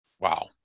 Wow